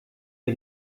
wir